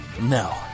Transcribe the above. No